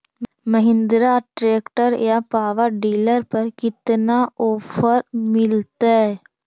Mahindra tractor या power dealer पर कितना ओफर मीलेतय?